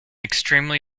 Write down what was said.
extremely